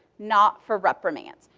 not for reprimands.